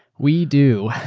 we do.